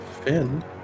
Finn